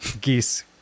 Geese